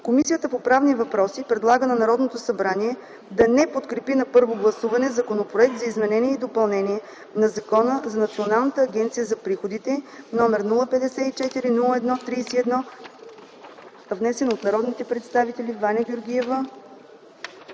Комисията по правни въпроси предлага на Народното събрание да не подкрепи на първо гласуване законопроект за изменение и допълнение на Закона за Националната агенция за приходите, № 054-01-31, внесен от народните представители Ваня Донева,